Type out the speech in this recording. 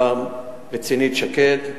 ביחידה רצינית, "שקד"